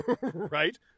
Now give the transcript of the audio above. Right